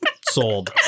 sold